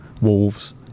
Wolves